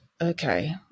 Okay